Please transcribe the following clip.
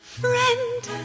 friend